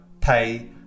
pay